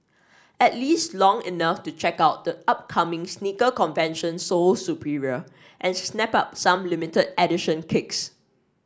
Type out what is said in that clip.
at least long enough to check out the upcoming sneaker convention Sole Superior and snap up some limited edition kicks